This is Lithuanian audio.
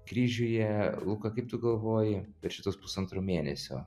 kryžiuje luka kaip tu galvoji per šituos pusantro mėnesio